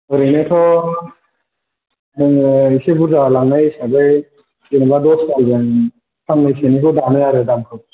ओरैनोथ' जोङो एसे बुरजा लांनाय हिसाबै जेनेबा दस दालजों फांनैसोनिखौ दानो आरो जों दामखौ